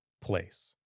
place